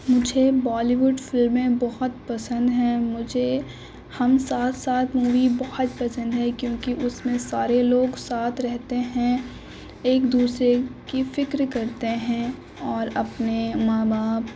مجھے Bollywood فلمیں بہت پسند ہیں مجھے ہم ساتھ ساتھ مووی بہت پسند ہے کیوں کہ اس میں سارے لوگ ساتھ رہتے ہیں ایک دوسرے کی فکر کرتے ہیں اور اپنے ماں باپ